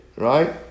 Right